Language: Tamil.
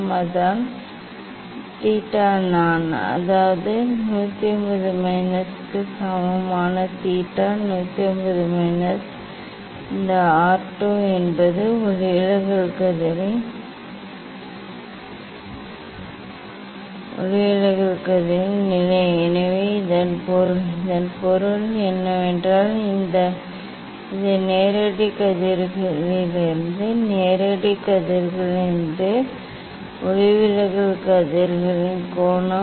அதுதான் தீட்டா நான் அதாவது 180 மைனஸுக்கு சமமான தீட்டா 180 மைனஸ் இந்த 2 என்பது ஒளிவிலகல் கதிர்களின் ஒளிவிலகல் கதிர்களின் நிலை நேரடி கதிர்களின் நிலையை கழித்தல் எனவே இதன் பொருள் என்னவென்றால் இது நேரடி கதிர்களிலிருந்து நேரடி கதிர்களிலிருந்து என்ன ஒளிவிலகல் கதிர்களின் கோணம் என்ன